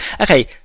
Okay